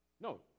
No